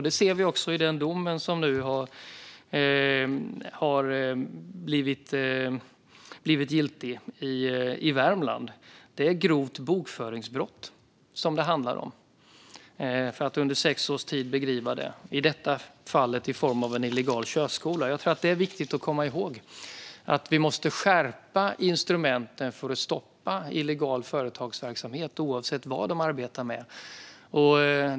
Det ser vi också på den dom som avkunnats i Värmland om verksamhet som bedrivits under sex års tid - i detta fall i form av en illegal körskola. Det handlar om grovt bokföringsbrott. Det är viktigt att komma ihåg att vi måste skärpa instrumenten för att stoppa illegal företagsverksamhet, oavsett vad de arbetar med.